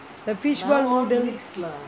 the fishball noodle